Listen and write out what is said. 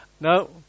No